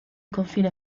confine